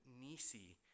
Nisi